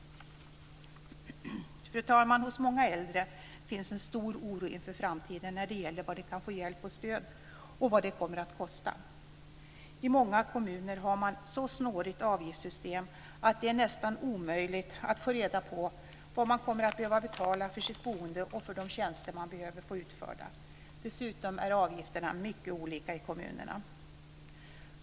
Fru talman! Hos många äldre finns en stor oro inför framtiden när det gäller vad de kan få för hjälp och stöd och vad det kommer att kosta. I många kommuner har man ett så snårigt avgiftssystem att det nästan är omöjligt att få reda på vad man kommer att behöva betala för sitt boende och för de tjänster som man behöver få utförda. Dessutom är avgifterna mycket olika i kommunerna.